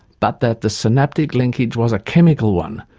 but that the synaptic linkage was a chemical one,